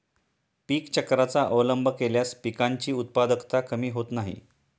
पीक चक्राचा अवलंब केल्यास पिकांची उत्पादकता कमी होत नाही